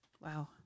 Wow